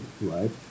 right